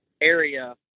area